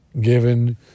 given